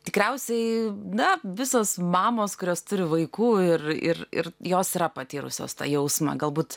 tikriausiai na visos mamos kurios turi vaikų ir ir ir jos yra patyrusios tą jausmą galbūt